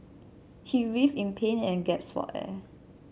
he writhed in pain and gasped for air